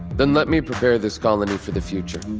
then let me prepare this colony for the future.